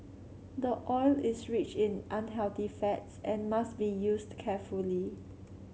the oil is rich in unhealthy fats and must be used carefully